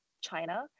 China